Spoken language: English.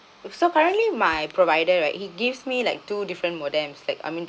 so currently my provider right he gives me like two different modem that I mean